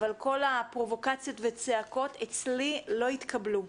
אבל כל הפרובוקציות והצעקות אצלי לא יתקבלו.